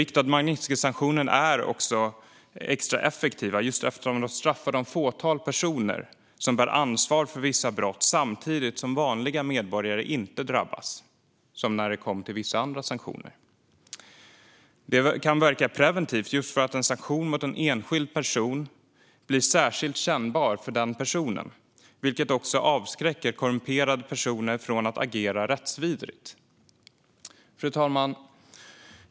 Riktade Magnitskijsanktioner är extra effektiva just för att de straffar det fåtal personer som bär ansvar för vissa brott samtidigt som vanliga medborgare inte drabbas, som när det kommer till vissa andra sanktioner. Det kan verka preventivt just för att en sanktion mot en enskild person blir särskilt kännbar för just den personen, vilket avskräcker korrumperade personer från att agera rättsvidrigt. Fru talman!